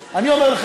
אגב,